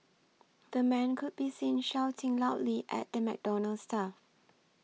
the man could be seen shouting loudly at the McDonald's staff